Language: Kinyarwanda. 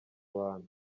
bantu